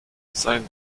sein